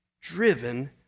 driven